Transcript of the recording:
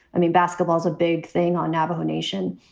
i mean, basketball's a big thing on navajo nation,